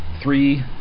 Three